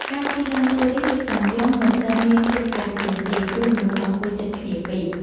ការជិះឡានតូរីសឬសាំយ៉ុងមិនសូវមានភាពឯកជនទេ ព្រោះមនុស្សអង្គុយជិតគ្នាពេក។